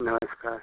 नमस्कार